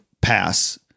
pass